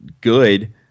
good